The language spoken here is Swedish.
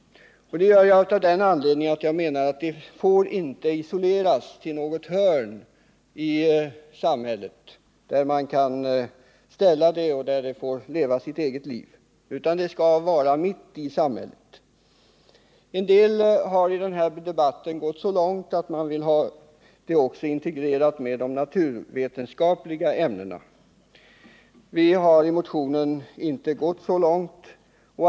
Anledningen härtill är att jag menar att detta ämne inte får isoleras i något hörn av samhället, där man kan ställa det och låta det leva sitt eget liv, utan skall vara mitt i samhället. En del har i denna debatt gått så långt att de också vill ha det integrerat med de naturvetenskapliga ämnena. Vi har i motionen inte gått så långt.